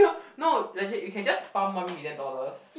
no legit you can just pump one million dollars